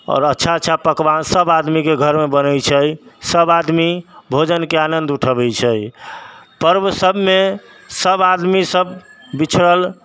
आओर अच्छा अच्छा पकवान सब आदमीके घरमे बनै छै सब आदमी भोजनके आनन्द उठाबै छै पर्व सबमे सब आदमी सब बिछड़ल